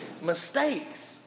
mistakes